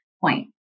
point